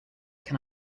can